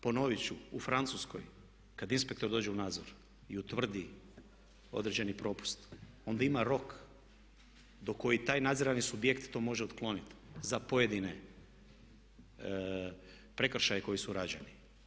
Ponovit ću, u Francuskoj kad inspektor dođe u nadzor i utvrdi određeni propust onda ima rok do kojeg taj nadzirani subjekt to može otkloniti za pojedine prekršaje koji su rađeni.